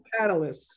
catalysts